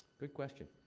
good question.